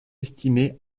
estimées